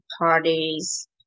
parties